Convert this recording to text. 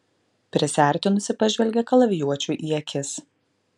prisiartinusi pažvelgė kalavijuočiui į akis